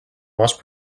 must